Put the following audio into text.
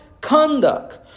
conduct